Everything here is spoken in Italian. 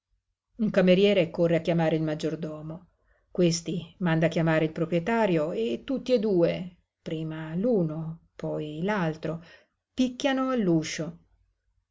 un cameriere corre a chiamare il maggiordomo questi manda a chiamare il proprietario e tutti e due prima l'uno poi l'altro picchiano